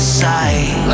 side